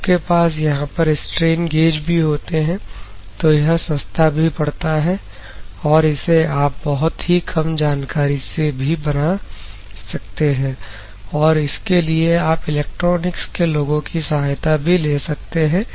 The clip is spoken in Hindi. आपके पास यहां पर स्ट्रेन गेज भी होते हैं तो यह सस्ता भी पड़ता है और इसे आप बहुत ही कम जानकारी से भी बना सकते हैं और इसके लिए आप इलेक्ट्रॉनिक्स के लोगों की सहायता भी ले सकते हैं